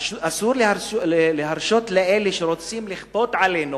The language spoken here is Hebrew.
אסור להרשות לאלה שרוצים לכפות עלינו